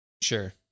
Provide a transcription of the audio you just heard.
Sure